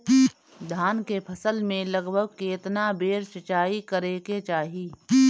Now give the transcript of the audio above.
धान के फसल मे लगभग केतना बेर सिचाई करे के चाही?